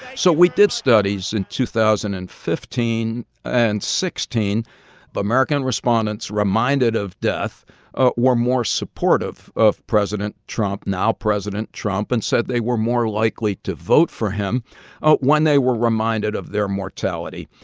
so we did studies in two thousand and fifteen and but american respondents reminded of death ah were more supportive of president trump now-president trump and said they were more likely to vote for him ah when they were reminded of their mortality.